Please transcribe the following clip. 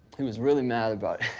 he was really mad about it.